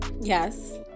Yes